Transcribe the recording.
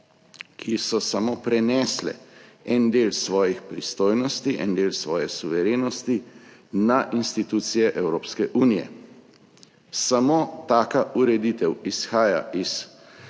ki so samo prenesle en del svojih pristojnosti, en del svoje suverenosti na institucije Evropske unije. Samo taka ureditev izhaja iz